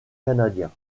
canadiens